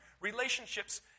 Relationships